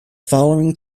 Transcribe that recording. following